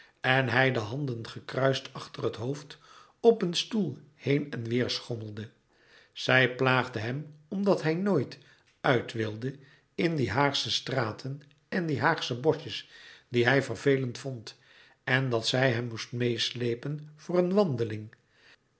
en hij de handen gekruist achter het hoofd op een stoel heen en weêr schommelde zij plaagde hem omdat hij nooit uit wilde in die haagsche straten en die haagsche boschjes die hij vervelend vond en dat zij hem moest meêsleepen voor een wandeling